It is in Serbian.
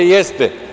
Jeste.